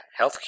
healthcare